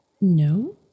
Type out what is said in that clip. No